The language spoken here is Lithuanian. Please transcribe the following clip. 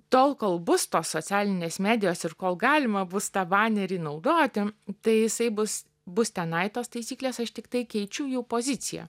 tol kol bus tos socialinės medijos ir kol galima bus tą banerį naudoti tai jisai bus bus tenai tos taisyklės aš tiktai keičiu jų poziciją